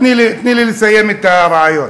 תני לי לסיים את הרעיון.